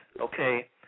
Okay